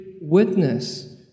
witness